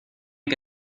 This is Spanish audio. que